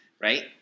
right